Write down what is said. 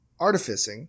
Artificing